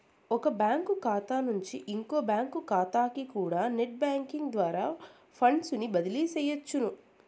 ఒక బ్యాంకు కాతా నుంచి ఇంకో బ్యాంకు కాతాకికూడా నెట్ బ్యేంకింగ్ ద్వారా ఫండ్సుని బదిలీ సెయ్యొచ్చును